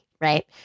Right